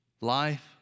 life